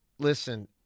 Listen